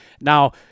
Now